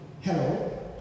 hello